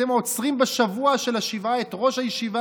אתם עוצרים בשבוע של השבעה את ראש הישיבה,